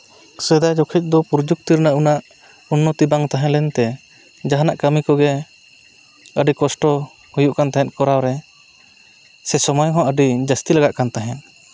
ᱥᱮᱫᱟᱭ ᱡᱚᱠᱷᱚᱡ ᱫᱚ ᱯᱨᱚᱡᱩᱠᱛᱤ ᱨᱮᱱᱟᱜ ᱩᱱᱟᱹᱜ ᱩᱱᱱᱚᱛᱤ ᱵᱟᱝ ᱛᱟᱦᱮᱸ ᱞᱮᱱᱛᱮ ᱡᱟᱦᱟᱱᱟᱜ ᱠᱟᱹᱢᱤ ᱠᱚᱜᱮ ᱟᱹᱰᱤ ᱠᱚᱥᱴᱚ ᱦᱩᱭᱩᱜ ᱠᱟᱱ ᱛᱟᱦᱮᱸᱜ ᱠᱚᱨᱟᱣ ᱨᱮ ᱥᱮ ᱥᱚᱢᱚᱭ ᱦᱚᱸ ᱟᱹᱰᱤ ᱡᱟᱹᱥᱛᱤ ᱞᱟᱜᱟᱜ ᱠᱟᱱ ᱛᱟᱦᱮᱸᱜ